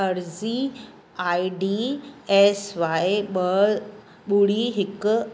अर्ज़ी I D S Y ॿ ॿुड़ी हिकु